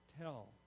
tell